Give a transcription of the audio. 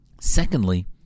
Secondly